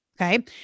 Okay